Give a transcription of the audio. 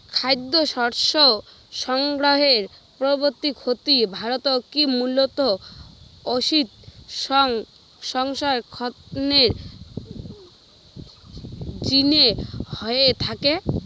খাদ্যশস্য সংগ্রহের পরবর্তী ক্ষতি ভারতত কি মূলতঃ অতিসংরক্ষণের জিনে হয়ে থাকে?